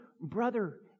brother